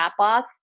chatbots